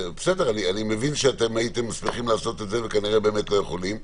אני מבין שהייתם שמחים לעשות את זה וכנראה לא יכולים,